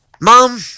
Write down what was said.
Mom